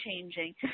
changing